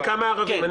וכמה ערבים?